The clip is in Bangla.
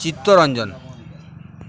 চিত্তরঞ্জন